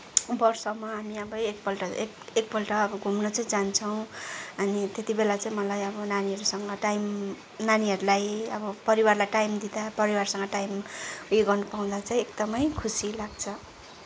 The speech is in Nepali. वर्षमा हामी अब एकपल्ट एक एकपल्ट अब घुम्न चाहिँ जान्छौँ अनि त्यति बेला चाहिँ मलाई अब नानीहरूसँग टाइम नानीहरूलाई अब परिवारलाई टाइम दिँदा परिवारसँग टाइम उयो गर्न पाउँदा चाहिँ एकदमै खुसी लाग्छ